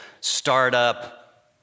startup